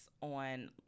on